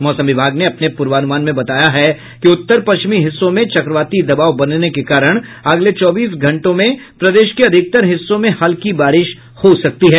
मौसम विभाग ने अपने पूर्वानुमान में बताया है कि उत्तर पश्चिमी हिस्सों में चक्रवाती दबाव बनने के कारण अगले चौबीस घंटों में प्रदेश के अधिकतर हिस्सों में हल्की बारिश हो सकती है